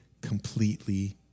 completely